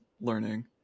learning